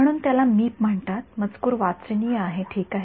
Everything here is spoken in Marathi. म्हणून त्याला मीप म्हणतात मजकूर वाचनीय आहे ठीक आहे